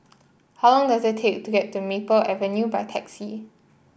how long does it take to get to Maple Avenue by taxi